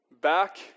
Back